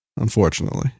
Unfortunately